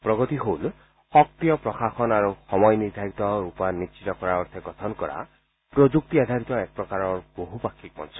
প্ৰগতি হ'ল সক্ৰিয় প্ৰশাসন আৰু সময় নিৰ্ধাৰিত ৰূপায়ণ নিশ্চিত কৰাৰ অৰ্থে গঠন কৰা প্ৰযুক্তি আধাৰিত এক প্ৰকাৰৰ বহুপাক্ষিক মঞ্চ